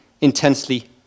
intensely